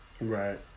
Right